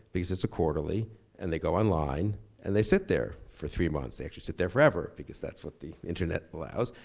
because it's a quarterly quarterly and they go online and they sit there for three months. they actually sit there forever, because that's what the internet allows.